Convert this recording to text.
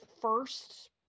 first